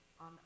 on